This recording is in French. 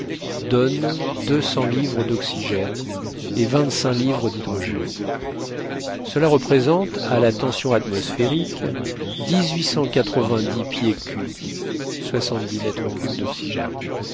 deux cents livres d'oxygène et vingt-cinq livres d'hydrogène cela représente à la tension atmosphérique dix-huit cent quatre-vingt-dix pieds cubes